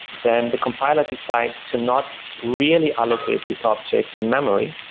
then the compiler decides to not really allocate this object in-memory,